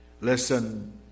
Listen